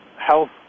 health